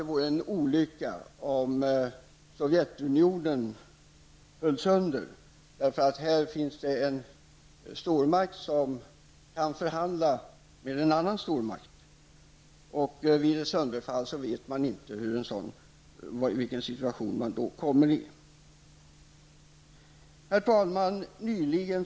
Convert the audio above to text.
Det vore en olycka om Sovjetunionen föll sönder. Här finns det en stormakt som kan förhandla med en annan stormakt. Vid ett sönderfall vet man inte vilken situation som kan uppstå. Herr talman!